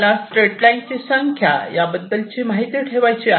तुम्हाला straight lines ची संख्या याबद्दल माहिती ठेवायचे आहे